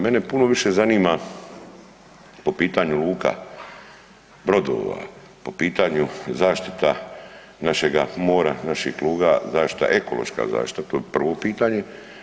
Mene puno više zanima po pitanju luka, brodova, po pitanju zaštita našega mora, naših luka zaštita, ekološka zaštita to bi prvo pitanje.